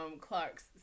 Clark's